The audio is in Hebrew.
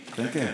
להגיד.